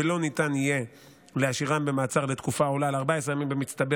ולא ניתן יהיה להשאירם במעצר לתקופה העולה על 14 ימים במצטבר